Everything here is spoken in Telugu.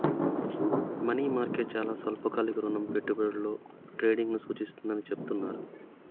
మనీ మార్కెట్ చాలా స్వల్పకాలిక రుణ పెట్టుబడులలో ట్రేడింగ్ను సూచిస్తుందని చెబుతున్నరు